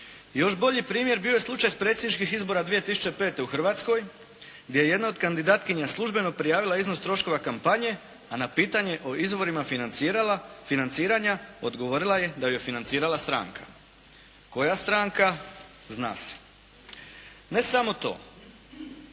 Još bolji primjer bio je slučaj sa predsjedničkih izbora 2005. u hrvatskoj, gdje je jedna od kandidatkinja službeno prijavila iznos troškova kampanje, a na pitanje o izvorima financiranja odgovorila je da ju je financirala stranka. Koja stranka? Zna se. Ne samo to,